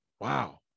Wow